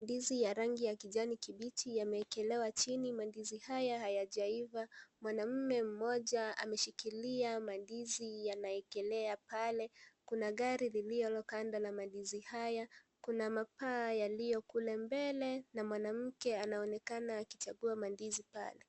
Ndizi ya rangi ya kijani kibichi yameekelewa chini, mandizi haya hayajaiva. Mwanamume mmoja ameshikilia mandizi anaekelea pale kuna gari liliyo kando la mandizi haya, kuna mapaa yaliyo kule mbele na mwanamke anaonekana akichagua mandizi pale.